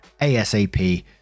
asap